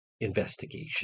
investigation